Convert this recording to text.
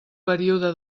període